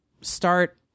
start